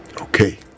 Okay